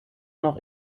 noch